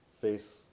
face